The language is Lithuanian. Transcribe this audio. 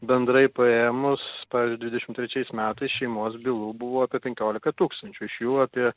bendrai paėmus pavyzdžiui dvidešimt trečiais metais šeimos bylų buvo apie penkiolika tūkstančių iš jų apie